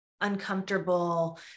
uncomfortable